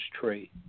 tree